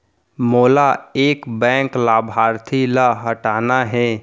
मोला एक बैंक लाभार्थी ल हटाना हे?